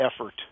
effort